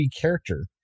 character